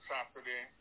Saturday